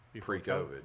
Pre-COVID